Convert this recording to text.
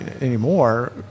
anymore